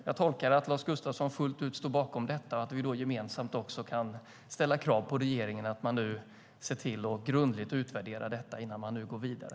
Jag tolkar det som att Lars Gustafsson fullt ut står bakom detta och att vi gemensamt kan ställa krav på regeringen att den nu ser till att grundligt utvärdera detta innan man går vidare.